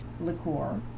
liqueur